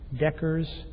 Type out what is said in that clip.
Decker's